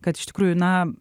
kad iš tikrųjų na